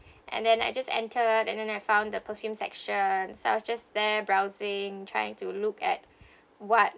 and then I just entered and then I found the perfume section so I was just there browsing trying to look at what